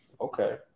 Okay